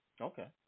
Okay